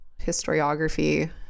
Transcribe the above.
historiography